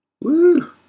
Woo